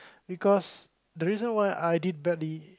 because the reason why I did badly